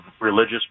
religious